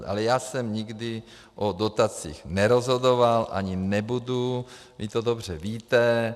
Ale já jsem nikdy o dotacích nerozhodoval, ani nebudu, vy to dobře víte.